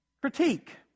Critique